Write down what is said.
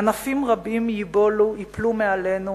ענפים רבים ייבולו, ייפלו מעלינו,